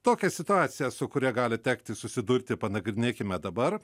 tokią situaciją su kuria gali tekti susidurti panagrinėkime dabar